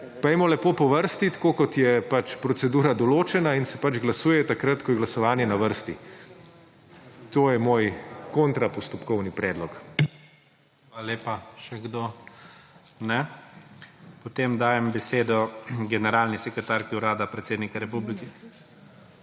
Pojdimo lepo po vrsti, tako kot je procedura določena in se glasuje takrat, ko je glasovanje na vrsti. To je moj kontrapostopkovni predlog. PREDSEDNIK IGOR ZORČIČ: Hvala lepa. Še kdo? Ne. Potem dajem besedo generalni sekretarki Urada predsednik republike